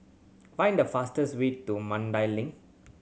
find the fastest way to Mandai Link